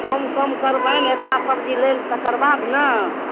कम कम करबनि अएताह सब्जी लेल तकर बाद ने